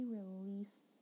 release